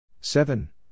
Seven